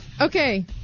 Okay